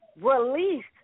released